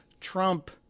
Trump